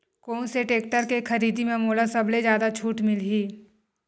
कोन से टेक्टर के खरीदी म मोला सबले जादा छुट मिलही?